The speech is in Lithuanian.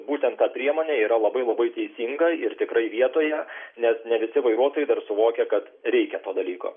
būtent ta priemonė yra labai labai teisinga ir tikrai vietoje nes ne visi vairuotojai dar suvokia kad reikia to dalyko